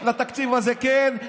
לתקציב הזה כן,